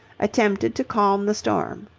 attempted to calm the storm.